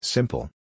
Simple